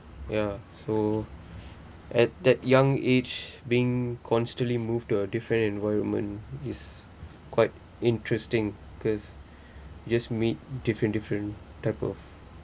ya so at that young age being constantly move to a different environment is quite interesting cause just meet different different type of